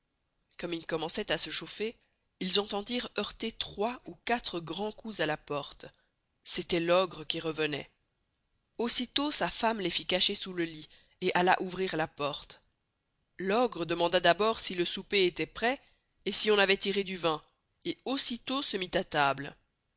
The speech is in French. comme ils commençoient à se chauffer ils entendirent heurter trois ou quatre grands coups à la porte c'estoit l'ogre qui revenoit aussi tost sa femme les fit cacher sous le lit et alla ouvrir la porte l'ogre demanda d'abord si le soupé estoit prest et si on avoit tiré du vin et aussitost se mit à table